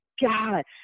God